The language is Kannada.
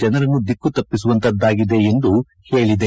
ಜನರನ್ನು ದಿಕ್ಕು ತಪ್ಪಿಸುವಂತಾದ್ದಾಗಿದೆ ಎಂದು ಹೇಳಿದೆ